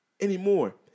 anymore